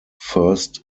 first